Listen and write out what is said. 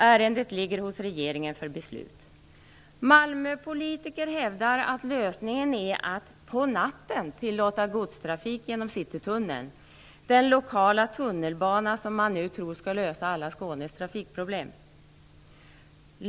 Ärendet ligger hos regeringen för beslut. Malmöpolitiker hävdar att lösningen är att på natten tillåta godstrafik genom Citytunneln - den lokala tunnelbana som man nu tror skall lösa alla Skånes trafikproblem.